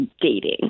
dating